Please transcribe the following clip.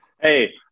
Hey